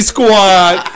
Squad